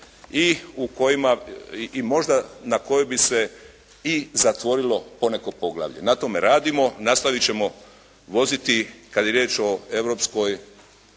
i možda na koju bi se i zatvorilo poneko poglavlje. Na tome radimo, nastaviti ćemo voziti kada je riječ o europskom